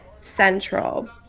central